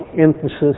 emphasis